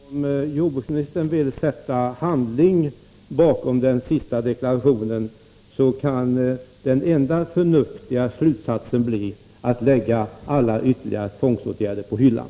Herr talman! Om jordbruksministern vill sätta handling bakom den sista deklarationen, kan den enda förnuftiga slutsatsen bli att han lägger alla ytterligare tvångsåtgärder på hyllan.